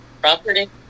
Property